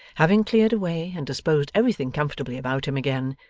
having cleared away, and disposed everything comfortably about him again,